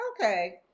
Okay